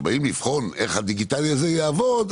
כשבאים לבחון איך הדיגיטלי הזה יעבוד,